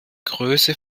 größe